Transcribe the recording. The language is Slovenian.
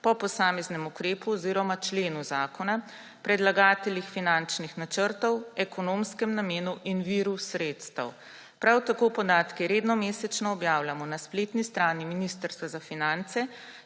po posameznem ukrepu oziroma členu zakona, predlagateljih finančnih načrtov, ekonomskem namenu in viru sredstev. Prav tako podatke redno mesečno objavljamo na spletni strani Ministrstva za finance,